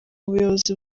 ubuyobozi